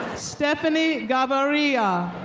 stephanie gaviria.